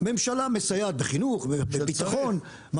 ממשלה מסייעת בחינוך, בביטחון.